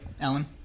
Alan